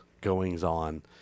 goings-on